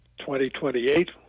2028